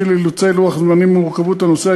בשל אילוצי לוח זמנים ומורכבות הנושא,